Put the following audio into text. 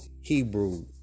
Hebrew